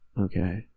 Okay